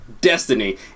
Destiny